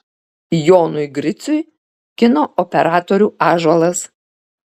jonui griciui kino operatorių ąžuolas